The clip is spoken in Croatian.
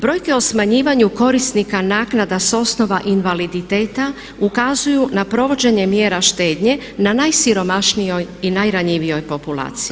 Brojke o smanjivanju korisnika naknada sa osnova invaliditeta ukazuju na provođenje mjera štednje na najsiromašnijoj i najranjivijoj populaciji.